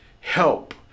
help